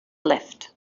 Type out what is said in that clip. left